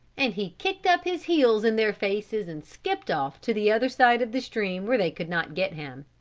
and he kicked up his heels in their faces and skipped off to the other side of the stream where they could not get him.